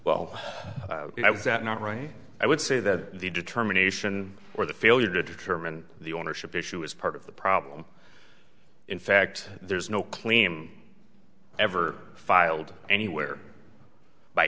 that not right i would say that the determination or the failure to determine the ownership issue is part of the problem in fact there's no claim ever filed anywhere by